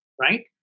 right